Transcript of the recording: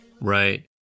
Right